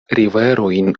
riverojn